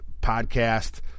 podcast